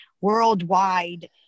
worldwide